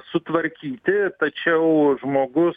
sutvarkyti tačiau žmogus